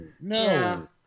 no